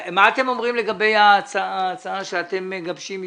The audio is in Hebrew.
מה אתם אומרים לגבי ההצעה שאתם מגבשים איתם?